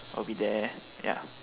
I'll be there ya